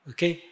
Okay